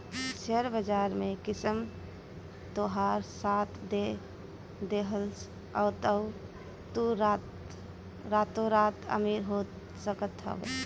share बाजार में किस्मत तोहार साथ दे देहलस तअ तू रातो रात अमीर हो सकत हवअ